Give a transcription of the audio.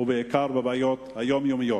ובעיקר את הבעיות היומיומיות.